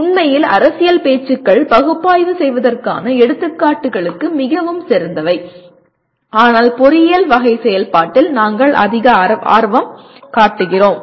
உண்மையில் அரசியல் பேச்சுகள் பகுப்பாய்வு செய்வதற்கான எடுத்துக்காட்டுகளுக்கு மிகச் சிறந்தவை ஆனால் பொறியியல் வகை செயல்பாட்டில் நாங்கள் அதிக ஆர்வம் காட்டுகிறோம்